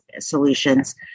solutions